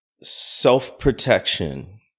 self-protection